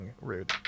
rude